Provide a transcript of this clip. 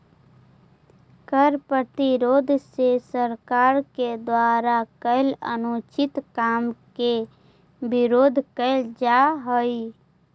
कर प्रतिरोध से सरकार के द्वारा कैल अनुचित काम के विरोध कैल जा हई